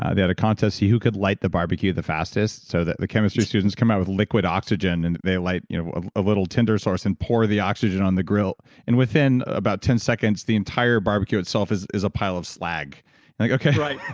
had a contest. see who could light the barbecue the fastest, so that the chemistry students come out with liquid oxygen and they light you know ah a little tender source and pour the oxygen on the grill. and within about ten seconds, the entire barbecue itself is is a pile of slag and like okay,